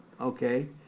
Okay